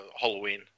Halloween